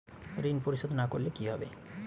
ঋণ পরিশোধ না করলে কি হবে?